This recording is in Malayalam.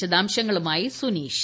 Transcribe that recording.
വിശദാംശങ്ങളുമായി സുനീഷ്